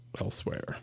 Elsewhere